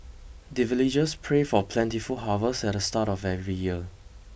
the villagers pray for plentiful harvest at the start of every year